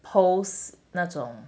post 那种